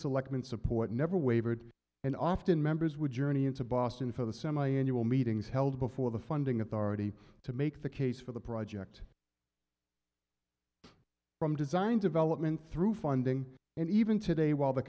selectmen support never wavered and often members would journey into boston for the semiannual meetings held before the funding authority to make the case for the project from design development through funding and even today while the